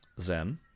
Zen